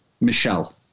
Michelle